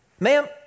Ma'am